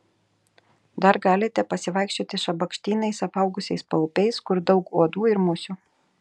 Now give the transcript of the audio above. dar galite pasivaikščioti šabakštynais apaugusiais paupiais kur daug uodų ir musių